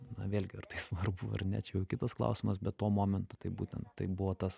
na vėlgi ar tai svarbu ar ne čia jau kitas klausimas bet tuo momentu tai būtent tai buvo tas